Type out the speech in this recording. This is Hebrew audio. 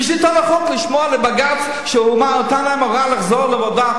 ושלטון החוק לשמוע לבג"ץ שנתן להם הוראה לחזור לעבודה,